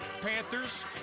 Panthers